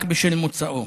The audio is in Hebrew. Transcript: רק בשל מוצאו.